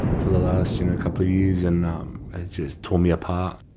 for the last you know couple of years. and um it just tore me apart.